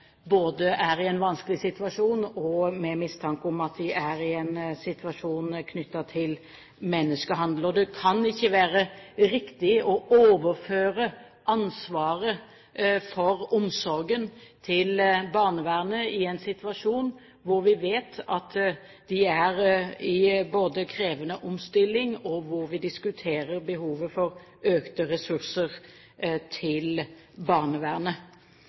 er i en vanskelig situasjon, og hvor det er mistanke om at de er i en situasjon knyttet til menneskehandel. Det kan ikke være riktig å overføre ansvaret for omsorgen til barnevernet i en situasjon hvor vi vet at de både er i en krevende omstilling, og hvor vi diskuterer behovet for økte ressurser til barnevernet.